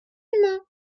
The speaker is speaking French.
rapidement